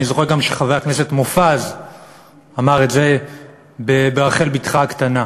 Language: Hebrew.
אני גם זוכר שחבר הכנסת מופז אמר את זה ברחל בתך הקטנה.